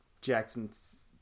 Jackson's